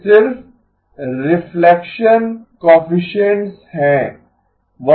वे सिर्फ reflection coefficients हैं